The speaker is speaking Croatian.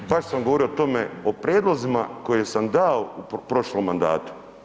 Kolega, baš sam govorio o tome, o prijedlozima koje sam dao u prošlom mandatu.